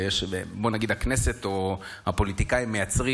בוא נגיד שהכנסת או הפוליטיקאים מייצרים